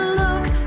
look